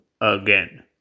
again